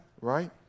right